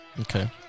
Okay